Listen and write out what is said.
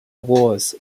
wars